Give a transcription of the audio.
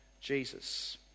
Jesus